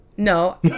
No